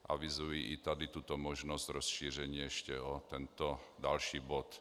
Avizuji i tady tuto možnost rozšíření ještě o tento další bod.